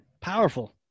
Powerful